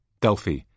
Delphi